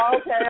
Okay